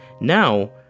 now